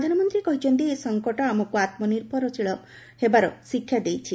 ପ୍ରଧାନମନ୍ତ୍ରୀ କହିଛନ୍ତି ଏହି ସଙ୍କଟ ଆମକୁ ଆତ୍ମନିର୍ଭର ହେବାର ଶିକ୍ଷା ଦେଇଛି